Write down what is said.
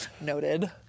Noted